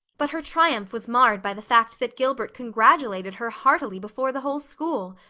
but her triumph was marred by the fact that gilbert congratulated her heartily before the whole school.